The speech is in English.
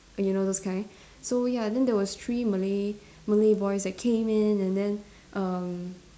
you know those kind so ya then there was three Malay Malay boys that came in and then um